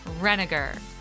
Reniger